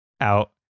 out